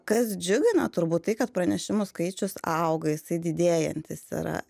kas džiugina turbūt tai kad pranešimų skaičius auga jisai didėjantis yra